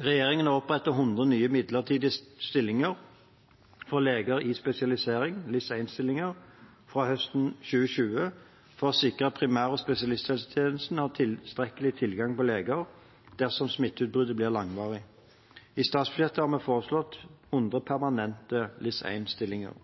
Regjeringen har opprettet 100 nye midlertidige stillinger for leger i spesialisering, LIS l-stillinger, fra høsten 2020, for å sikre at primær- og spesialisthelsetjenesten har tilstrekkelig tilgang på leger dersom smitteutbruddet blir langvarig. I statsbudsjettet har vi foreslått 100 permanente